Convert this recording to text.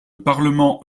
parlement